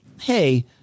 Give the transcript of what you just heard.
Hey